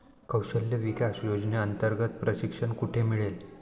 कौशल्य विकास योजनेअंतर्गत प्रशिक्षण कुठे मिळेल?